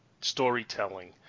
storytelling